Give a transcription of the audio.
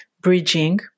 bridging